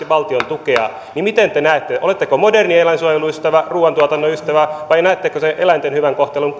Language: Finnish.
valtion tukea niin miten te näette oletteko moderni eläinsuojelun ystävä ruuantuotannon ystävä vai näettekö te eläinten hyvän kohtelun